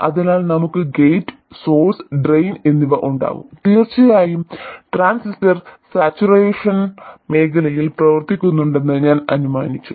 അതിനാൽ നമുക്ക് gate source drain എന്നിവ ഉണ്ടാകും തീർച്ചയായും ട്രാൻസിസ്റ്റർ സാച്ചുറേഷൻ മേഖലയിൽ പ്രവർത്തിക്കുന്നുണ്ടെന്ന് ഞാൻ അനുമാനിച്ചു